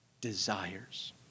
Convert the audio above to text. desires